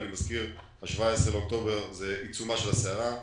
אני מזכיר, ה-17 באוקטובר זה עיצומה של הסערה,